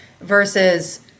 Versus